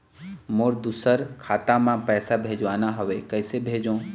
मोर दुसर खाता मा पैसा भेजवाना हवे, कइसे भेजों?